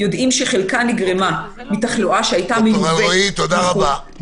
יודעים שחלקה נגרמה מתחלואה שהייתה מיובאת מחו"ל,